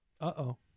Uh-oh